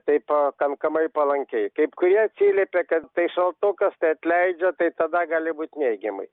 tai pakankamai palankiai kaip kurie atsiliepia kad tai šaltukas tai atleidžia tai tada gali būt neigiamai